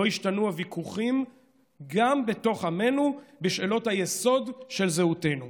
לא השתנו הוויכוחים גם בתוך עמנו בשאלות היסוד של זהותו,